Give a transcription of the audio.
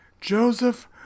Joseph